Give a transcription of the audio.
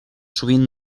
sovint